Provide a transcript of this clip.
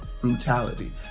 brutality